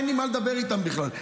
אין לי מה לדבר איתם בכלל,